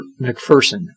McPherson